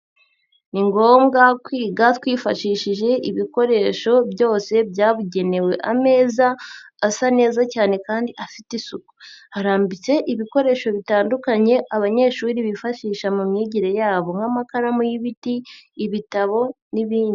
Ni ngombwa kwiga twifashishije ibikoresho byose byabugenewe, ameza asa neza cyane kandi afite isuku, harambitse ibikoresho bitandukanye abanyeshuri bifashisha mu myigire yabo nk'amakaramu y'ibiti, ibitabo n'ibindi.